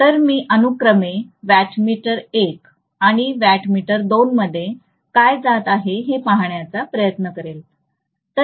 तर मग मी अनुक्रमे वॅट मीटर एक आणि वॅट मीटर दोन मध्ये काय जात आहे हे पाहण्याचा प्रयत्न करूया